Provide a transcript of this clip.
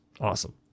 awesome